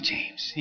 James